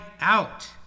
out